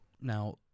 now